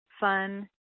fun